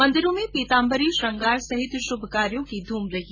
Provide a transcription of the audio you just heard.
मंदिरों में पीताम्बरी श्रंगार सहित शुभ कार्यो की धूम रही